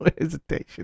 hesitation